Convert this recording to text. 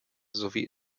sowie